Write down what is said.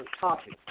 topic